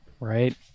Right